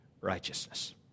righteousness